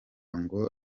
ngo